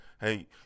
Hey